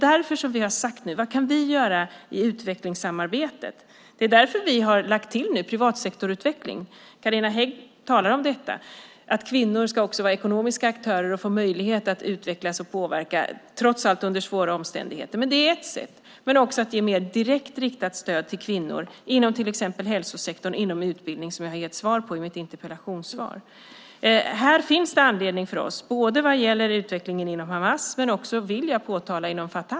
Därför har vi frågat oss vad vi kan göra i utvecklingssamarbetet. Det är anledningen till att vi nu lagt till privatsektorutveckling. Carina Hägg säger att kvinnorna också ska vara ekonomiska aktörer och få möjlighet att utvecklas och kunna påverka, trots svåra omständigheter. Det är ett sätt. Ett annat är att ge mer direkt riktat stöd till kvinnor inom till exempel hälsosektorn och utbildningen, vilket jag tog upp i mitt svar på interpellationen. Här finns det anledning för oss att beakta utvecklingen inom Hamas, men också Fatah, vill jag påtala.